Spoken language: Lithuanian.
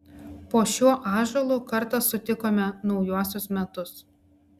po šiuo ąžuolu kartą sutikome naujuosius metus